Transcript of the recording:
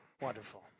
Wonderful